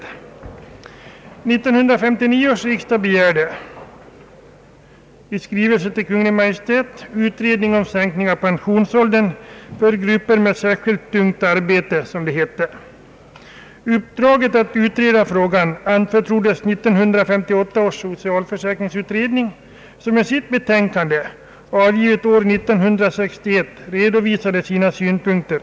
1959 års riksdag begärde i skrivelse till Kungl. Maj:t utredning om sänkt pensionsålder för grupper med särskilt tungt arbete. Uppdraget att utreda frågan anförtroddes 1958 års socialförsäkringskommitté som i sitt betänkande, avgivet år 1961, redovisade sina synpunkter.